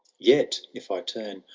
yet, if i turn,